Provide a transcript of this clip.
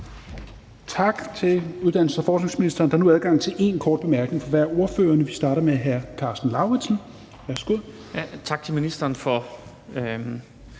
Tak til uddannelses- og forskningsministeren. Der er nu adgang til én kort bemærkning fra hver ordfører, og vi starter med hr. Karsten Lauritzen. Værsgo. Kl. 17:15 Karsten